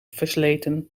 versleten